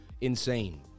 insane